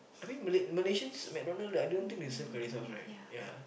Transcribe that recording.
I mean Malay Malaysians McDonald's I don't think they serve curry sauce right ya